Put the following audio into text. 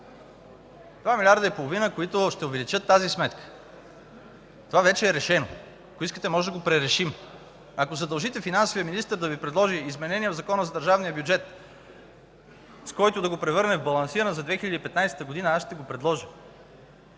2,5 милиарда, които ще увеличат тази сметка – това вече е решено. Ако искате, можем да го пререшим. Ако задължите финансовия министър да Ви предложи изменение в Закона за държавния бюджет за 2015 г., с който да го превърнем в балансиран, аз ще го предложа.